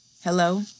Hello